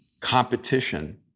competition